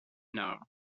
now